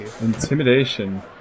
Intimidation